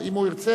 אם הוא ירצה,